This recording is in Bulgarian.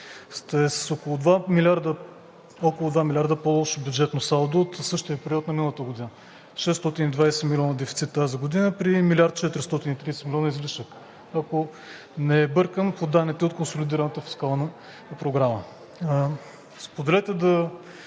сте с около 2 милиарда по-лошо бюджетно салдо от същия период на миналата година – 620 милиона дефицит тази година при милиард и 430 милиона излишък, ако не бъркам, по данните от консолидираната фискална програма. Позволете да